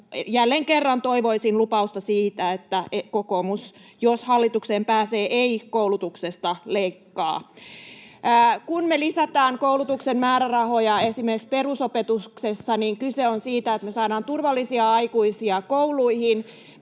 Jälleen kerran toivoisin lupausta siitä, että kokoomus, jos hallitukseen pääsee, ei koulutuksesta leikkaa. Kun me lisätään koulutuksen määrärahoja esimerkiksi perusopetuksessa, niin kyse on siitä, että me saadaan turvallisia aikuisia kouluihin.